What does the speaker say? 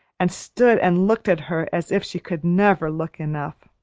and stood and looked at her as if she could never look enough.